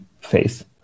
faith